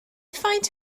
find